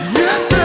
yes